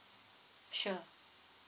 sure